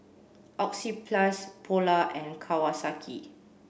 Oxyplus Polar and Kawasaki